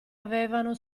avevano